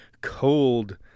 cold